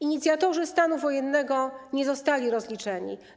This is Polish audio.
Inicjatorzy stanu wojennego nie zostali rozliczeni.